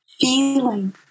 feeling